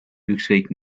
ükskõik